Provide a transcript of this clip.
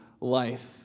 Life